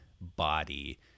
body